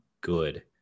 good